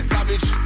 Savage